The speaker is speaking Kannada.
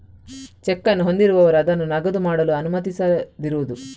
ಚೆಕ್ ಅನ್ನು ಹೊಂದಿರುವವರು ಅದನ್ನು ನಗದು ಮಾಡಲು ಅನುಮತಿಸದಿರುವುದು